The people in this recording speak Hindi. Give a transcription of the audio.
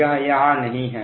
यह यहां नहीं है